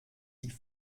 die